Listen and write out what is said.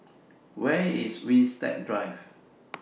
Where IS Winstedt Drive